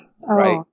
right